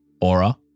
aura